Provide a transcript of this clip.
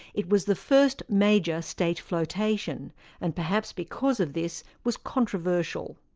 it was the first major state flotation and perhaps because of this, was controversial.